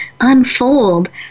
unfold